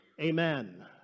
Amen